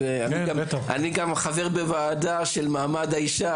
ואני גם חבר בוועדה של מעמד האישה,